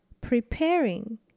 preparing